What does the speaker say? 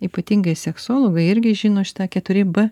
ypatingai seksologai irgi žino šitą keturi b